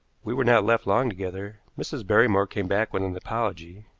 we were not left long together. mrs. barrymore came back with an apology,